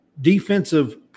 defensive